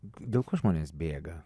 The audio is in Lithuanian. dėl ko žmonės bėga